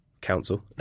council